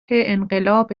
انقلاب